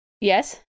Yes